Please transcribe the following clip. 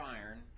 iron